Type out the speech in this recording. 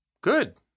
Good